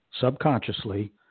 subconsciously